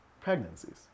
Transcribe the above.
pregnancies